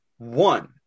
One